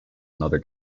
another